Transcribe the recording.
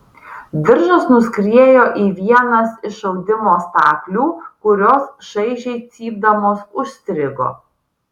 diržas nuskriejo į vienas iš audimo staklių kurios šaižiai cypdamos užstrigo